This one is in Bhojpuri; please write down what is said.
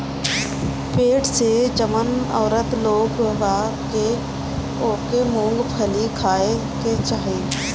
पेट से जवन औरत लोग बा ओके मूंगफली खाए के चाही